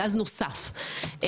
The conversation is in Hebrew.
גז נוסף.